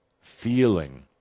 feeling